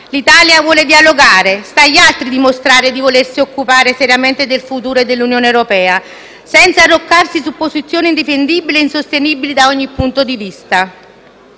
L'Italia vuole dialogare. Sta agli altri dimostrare di volersi occupare seriamente del futuro dell'Unione europea, senza arroccarsi su posizioni indifendibili e insostenibili da ogni punto di vista.